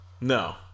No